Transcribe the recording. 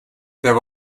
there